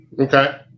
Okay